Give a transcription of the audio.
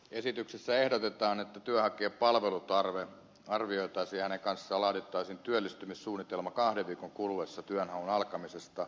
esityksessä ehdotetaan että työnhakijan palvelutarve arvioitaisiin ja hänen kanssaan laadittaisiin työllistymissuunnitelma kahden viikon kuluessa työnhaun alkamisesta